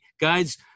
guys